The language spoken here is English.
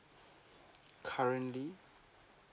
currently